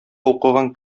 укыган